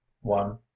one